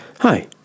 Hi